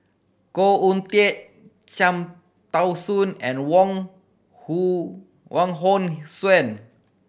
Khoo Oon Teik Cham Tao Soon and Wong Wong Hong Suen